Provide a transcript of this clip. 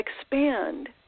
expand